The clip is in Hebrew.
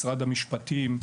משרד המשפטים,